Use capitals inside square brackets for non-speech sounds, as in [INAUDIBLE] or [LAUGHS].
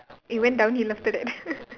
it went downhill after that [LAUGHS]